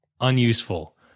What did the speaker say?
unuseful